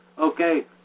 okay